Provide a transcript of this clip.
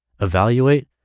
evaluate